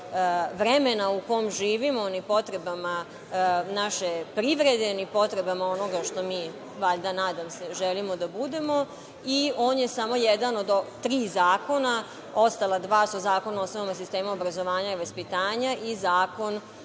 vremena u kome živimo, ni potrebama naše privrede, ni potrebama onoga što mi valjda, nadam se, želimo da budemo i on je samo jedan od tri zakona, ostala dva su Zakona o osnovnom sistemu obrazovanja i vaspitanja, i Zakon